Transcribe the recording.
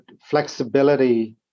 flexibility